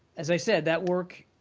as i said, that work,